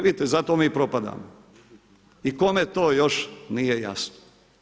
Vidite zato mi i propadamo i kome to još nije jasno.